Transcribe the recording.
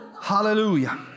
Hallelujah